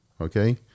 okay